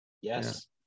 Yes